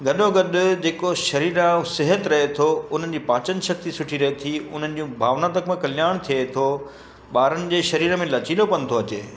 गॾो गॾु जेको शरीर आहे उहो सिहत रहे थो उन्हनि जी पाचन शक्ति सुठी रहे थी उन्हनि जो भावनात्मक कल्याण थिए थो ॿारनि जे शरीर में लचीलो पन थो अचे